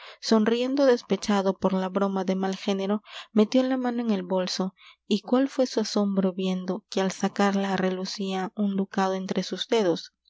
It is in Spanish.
sonriendo despechado por la broma de mal género metió la mano en el bolso y cuál fué su asombro viendo que al sacarla relucía un ducado entre sus dedos